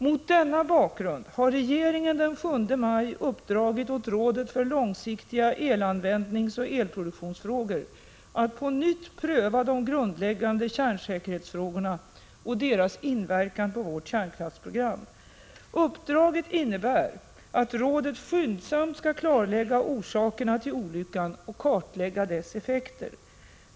Mot denna bakgrund har regeringen den 7 maj uppdragit åt rådet för långsiktiga elanvändningsoch elproduktionsfrågor att på nytt pröva de grundläggande kärnsäkerhetsfrågorna och deras inverkan på vårt kärnkraftsprogram. Uppdraget innebär att rådet skyndsamt skall klarlägga orsakerna till olyckan och kartlägga dess effekter.